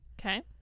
Okay